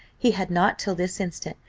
he had not, till this instant,